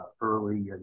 early